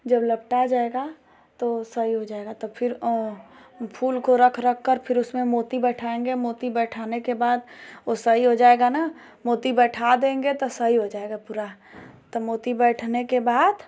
जब लपटा जाएगा तो सही हो जाएगाा तब फिर फूल को रख रखकर फिर उसमें मोती बैठाएँगे मोती बैठाने के बाद वह सही हो जाएगा ना मोती बैठा देंगे तो सही हो जाएगा पूरा तब मोती बैठने के बाद